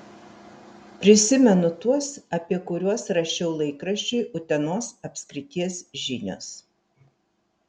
prisimenu tuos apie kuriuos rašiau laikraščiui utenos apskrities žinios